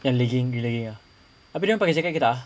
medical relay ah habis dia nampak segak entah